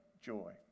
joy